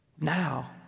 Now